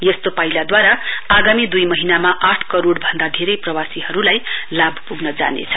यस्तो पाइलादूवारा आगामी दुई दुई महीनामा आठ करोड़ भन्टा धेरै प्रवासीहरुलाई लाभ पुग्न जानेछ